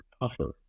tougher